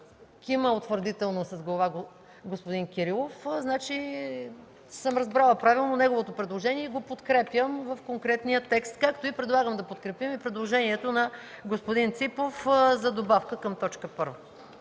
кима утвърдително с глава, значи съм разбрала правилно неговото предложение и го подкрепям в конкретния текст, както предлагам да подкрепим предложението на господин Ципов за добавка към т. 1.